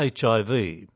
HIV